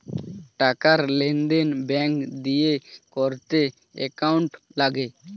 টাকার লেনদেন ব্যাঙ্ক দিয়ে করতে অ্যাকাউন্ট লাগে